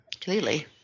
Clearly